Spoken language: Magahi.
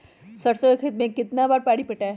सरसों के खेत मे कितना बार पानी पटाये?